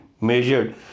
measured